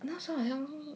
那时好像